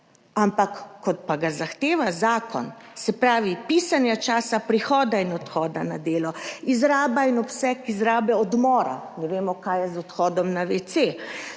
ampak kot pa ga zahteva zakon, se pravi pisanje časa prihoda in odhoda na delo, izraba in obseg izrabe odmora, ne vemo kaj je z odhodom na WC,